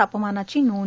तापमानाची नोंद